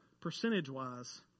percentage-wise